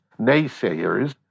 naysayers